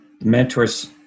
mentors